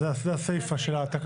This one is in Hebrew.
אז זה הסייפא של התקנה.